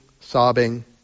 sobbing